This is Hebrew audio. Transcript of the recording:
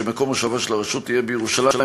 שמקום מושבה של הרשות יהיה בירושלים,